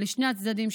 לשני הצדדים,